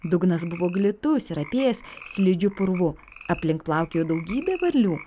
dugnas buvo glitus ir apėjęs slidžiu purvu aplink plaukiojo daugybė varlių